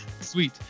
Sweet